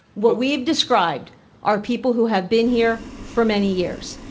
what we've described are people who have been here for many years,